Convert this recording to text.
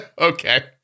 Okay